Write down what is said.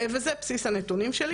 וזה בסיס הנתונים שלי.